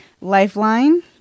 Lifeline